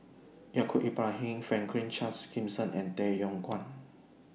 Yaacob Ibrahim Franklin Charles Gimson and Tay Yong Kwang